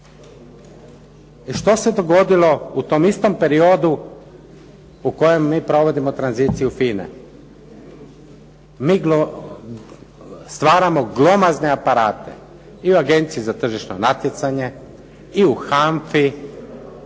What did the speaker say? I što se dogodilo u tom istom periodu u kojem mi provodimo tranziciju FINA-e? Mi stvaramo glomazne aparate i u Agenciji za tržišno natjecanje, i u HANFA-i,